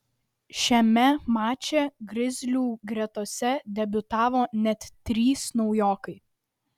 šiame mače grizlių gretose debiutavo net trys naujokai